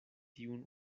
tiun